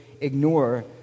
ignore